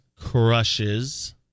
crushes